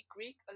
Greek